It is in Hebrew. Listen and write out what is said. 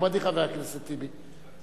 מכובדי חבר הכנסת טיבי,